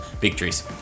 victories